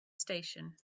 station